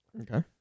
Okay